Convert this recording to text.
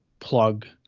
plug